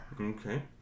Okay